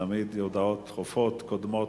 תמיד הודעות דחופות קודמות,